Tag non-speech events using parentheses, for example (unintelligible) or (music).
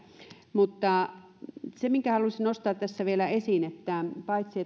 mutta halusin nostaa tässä vielä esiin sen että paitsi (unintelligible)